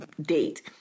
date